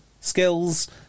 skills